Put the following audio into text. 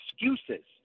excuses